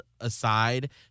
aside